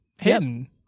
hidden